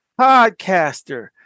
podcaster